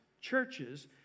churches